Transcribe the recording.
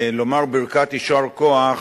לומר ברכת יישר כוח